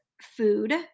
food